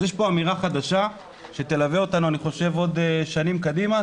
אז יש פה אמירה חדשה שתלווה אותנו אני חושב עוד שנים קדימה,